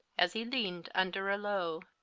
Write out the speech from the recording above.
as he leaned under a lowe.